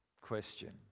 question